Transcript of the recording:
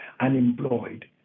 unemployed